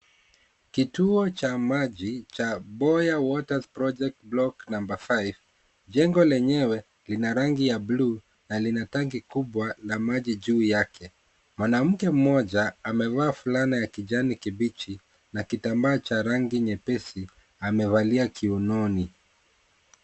Kituo cha maji cha Boya Waters Project Block number 5 , jengo lenyewe lina rangi ya bluu na lina tanki kubwa la maji juu yake. Mwanamke mmoja amevaa fulana ya kijani kibichi na kitambaa cha rangi nyepesi amevalia kiunoni.